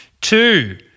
two